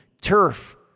turf